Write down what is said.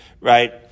right